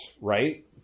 right